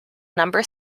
number